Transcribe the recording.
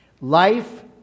Life